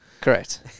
Correct